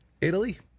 Italy